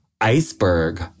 iceberg